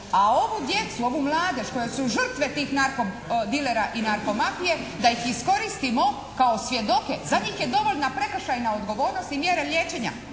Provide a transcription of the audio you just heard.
a ovu djecu, ovu mladež koji su žrtve tih narkodilera i narkomafije, da ih iskoristimo kao svjedoke. Za njih je dovoljna prekršajna odgovornost i mjere liječenja,